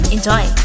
Enjoy